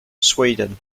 sweden